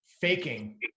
faking